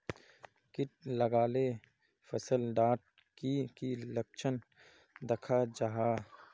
किट लगाले फसल डात की की लक्षण दखा जहा?